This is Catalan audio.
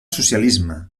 socialisme